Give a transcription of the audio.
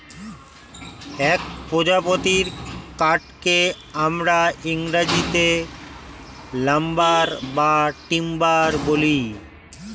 এক প্রজাতির কাঠকে আমরা ইংরেজিতে লাম্বার বা টিম্বার বলি